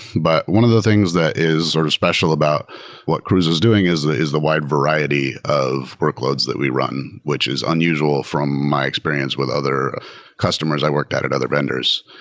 but one of the things that is sort of special about what cruise is doing is ah is the wide variety of workloads that we run, which is unusual from my experience with other customers i worked at at other vendors.